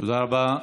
תודה רבה.